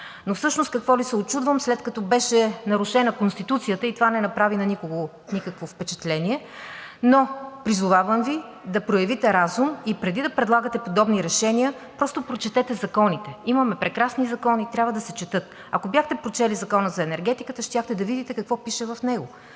Всъщност какво се учудвам, след като беше нарушена Конституцията и това не направи на никого никакво впечатление? Призовавам Ви да проявите разум и преди да предлагате подобни решения, просто прочетете законите. Имаме прекрасни закони. Трябва да се четат. Ако бяхте прочели Закона за енергетиката, щяхте да видите какво пише в него